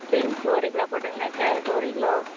beans ஒரு kilo போட்டுக்கோங்க carrot ஒரு கிலோ